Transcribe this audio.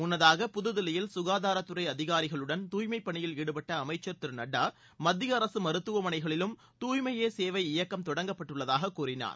முன்னதாக புதுதில்லியில் சுகாதாரத்துறை அதிகாரிகளுடன் தூய்மைப் பணியில் ஈடுபட்ட அமைச்சர் திரு நட்டா மத்திய அரசு மருத்துவமனைகளிலும் தூய்மயே சேவை இயக்கம் தொடங்கப்பட்டுள்ளதாகக் கூறினார்